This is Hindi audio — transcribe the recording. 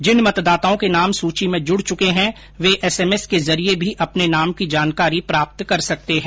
जिन मतदाताओं के नाम सूची में जुड चुके है वे एसएमएस के जरिये भी अपने नाम की जानकारी प्राप्त कर सकते है